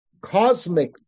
cosmic